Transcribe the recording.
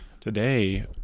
Today